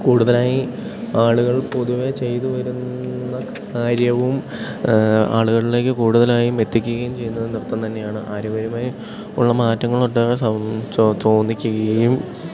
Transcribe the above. കൂടുതലായി ആളുകൾ പൊതുവേ ചെയ്തു വരുന്ന കാര്യവും ആളുകളിലേക്ക് കൂടുതലായും എത്തിക്കുകയും ചെയ്യുന്നത് നൃത്തം തന്നെയാണ് ആരോഗ്യപരമായി ഉള്ള മാറ്റങ്ങളൊട്ടാകെ സൗ തോന്നിക്കുകയും